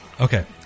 Okay